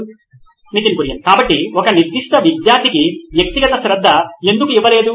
Nitin Kurian COO నోయిన్ electronics కాబట్టి ఒక నిర్దిష్ట విద్యార్థికి వ్యక్తిగత శ్రద్ధ ఎందుకు ఇవ్వలేదు